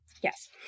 Yes